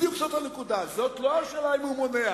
בדיוק זאת הנקודה, זאת לא השאלה אם הוא מונע.